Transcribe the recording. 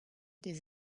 des